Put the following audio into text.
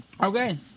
Okay